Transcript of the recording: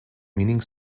meaning